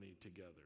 together